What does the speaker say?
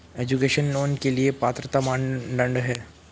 Education loan के लिए पात्रता मानदंड क्या है?